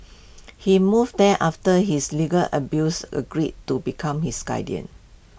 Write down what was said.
he moved there after his legal abuser agreed to become his guardian